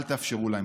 אל תאפשרו להם.